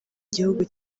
gihugu